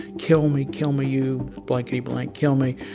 kill me, kill me, you blankety blank, kill me.